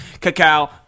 cacao